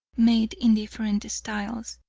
made in different styles,